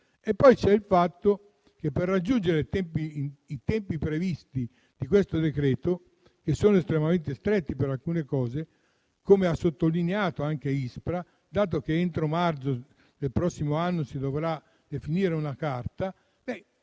poi il fatto che, per raggiungere i tempi previsti di questo decreto, che sono estremamente stretti per alcune cose, come ha sottolineato anche l'ISPRA, dato che entro marzo del prossimo anno si dovrà definire una carta,